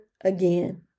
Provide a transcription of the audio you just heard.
again